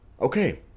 Okay